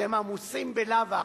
שהם עמוסים בלאו הכי,